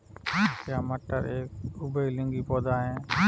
क्या मटर एक उभयलिंगी पौधा है?